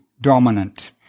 dominant